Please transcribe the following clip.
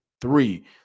Three